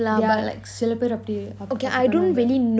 yeah like சில பெரு அப்பிடி அப்பிடி பண்ணுவாங்க:silla peru apidi apidi panuvanga